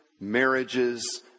marriages